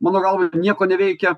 mano galva jie nieko neveikia